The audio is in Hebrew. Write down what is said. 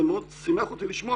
מאוד שימח אותי לשמוע,